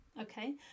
okay